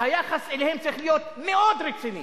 היחס אליהם צריך להיות מאוד רציני,